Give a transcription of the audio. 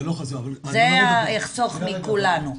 זה יחסוך מכולנו.